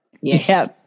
Yes